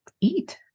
eat